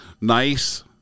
nice